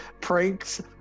pranks